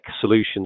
solutions